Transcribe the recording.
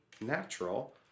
natural